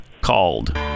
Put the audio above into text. called